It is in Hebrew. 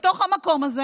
בתוך המקום הזה